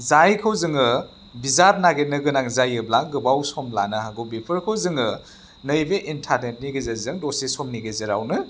जायखौ जोङो बिजाब नागिरनो गोनां जायोब्ला गोबाव सम लानो हागौ बेफोरखौ जोङो नैबे इन्टारनेटनि गेजेरजों दसे समनि गेजेरावनो